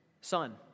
son